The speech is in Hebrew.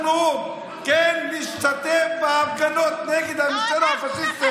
אנחנו כן נשתתף בהפגנות נגד הממשלה הפשיסטית,